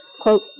quote